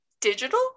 digital